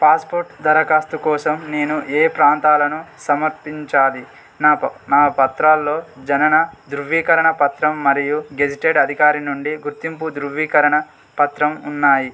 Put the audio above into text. passport దరఖాస్తు కోసం నేను ఏ ప్రాంతాలను సమర్పించాలి నాకు నా పత్రాలలో జనన ధృవీకరణ పత్రం మరియు గెజిటెడ్ అధికారి నుండి గుర్తింపు ధృవీకరణ పత్రం ఉన్నాయి